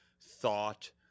thought